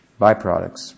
byproducts